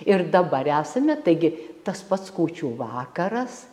ir dabar esame taigi tas pats kūčių vakaras